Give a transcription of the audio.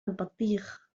البطيخ